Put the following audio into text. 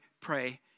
pray